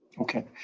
Okay